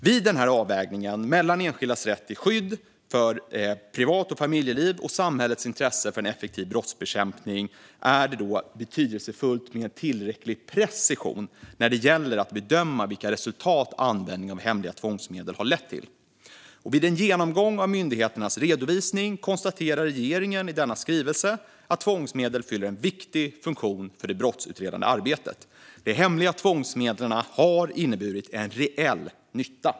Vid avvägningen mellan enskildas rätt till skydd för sitt privat och familjeliv och samhällets intresse av en effektiv brottsbekämpning är det betydelsefullt att med tillräcklig precision bedöma vilka resultat som användningen av hemliga tvångsmedel har lett till. Vid en genomgång av myndigheternas redovisning konstaterar regeringen i denna skrivelse att tvångsmedel fyller en viktig funktion för det brottsutredande arbetet. De hemliga tvångsmedlen har inneburit en reell nytta.